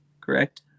Correct